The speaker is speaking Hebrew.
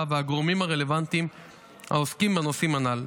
והגורמים הרלוונטיים העוסקים בנושאים הנ"ל.